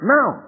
Now